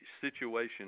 situation